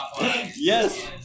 Yes